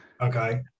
Okay